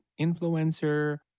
influencer